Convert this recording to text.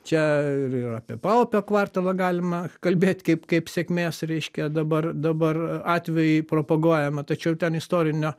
čia ir ir apie paupio kvartalą galima kalbėt kaip kaip sėkmės reiškia dabar dabar atvejį propaguojamą tačiau ten istorinio